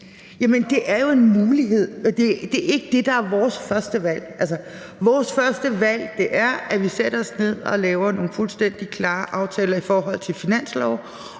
er jo en mulighed, men det er ikke det, der er vores førstevalg. Vores førstevalg er, at vi sætter os ned og laver nogle fuldstændig klare aftaler om finansloven